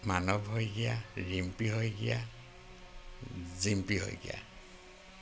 মানৱ শইকীয়া ৰিম্পী শইকীয়া জিম্পী শইকীয়া